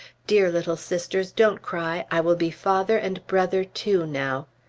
dear little sisters, don't cry i will be father and brother, too, now,